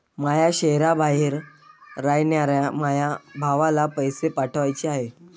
माया शैहराबाहेर रायनाऱ्या माया भावाला पैसे पाठवाचे हाय